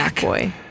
Boy